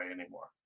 anymore